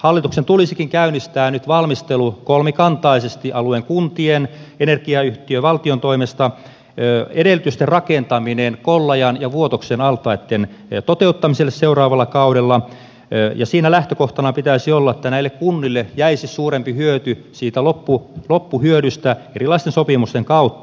hallituksen tulisikin käynnistää nyt valmistelu kolmikantaisesti alueen kuntien energiayhtiön valtion toimesta edellytysten rakentaminen kollajan ja vuotoksen altaitten toteuttamiselle seuraavalla kaudella ja siinä lähtökohtana pitäisi olla että näille kunnille jäisi suurempi hyöty siitä loppuhyödystä erilaisten sopimusten kautta